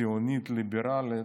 ציונית וליברלית,